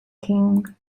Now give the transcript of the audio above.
king